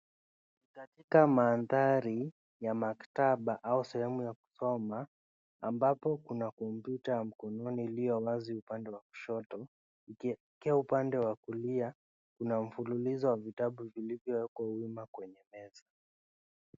Katika mandari ya maktaba au sehemu ya kusoma ambapo kuna kompyuta ya mkononi iliyo wazi upande wa kushoto. Ikielekea upande wa kulia kuna mfululizo wa vitabu vilivyowekwa wima kwenye meza.